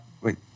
Wait